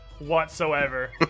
Whatsoever